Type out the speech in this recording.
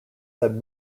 that